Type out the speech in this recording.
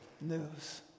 news